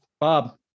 Bob